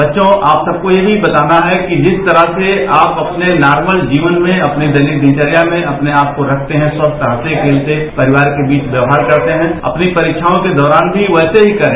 बच्चों आप सबको ये भी बताना है कि जिस तरह आप अपने नार्मत जीवन में दैनिक दिनचर्या में अपने आप को रखते हैं स्वस्थ हंसते खेलते परिवार के बीच व्यवहार करते हैं अपनी परीक्षाओं के दौरान भी वैसे ही करें